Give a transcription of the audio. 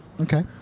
Okay